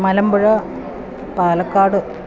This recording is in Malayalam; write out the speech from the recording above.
മലമ്പുഴ പാലക്കാട്